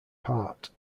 part